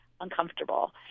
uncomfortable